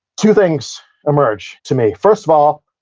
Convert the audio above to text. two things emerge to me. first of all,